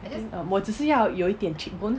um 我只是要有一点 cheekbones